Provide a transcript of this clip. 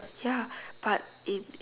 ya but it